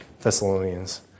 Thessalonians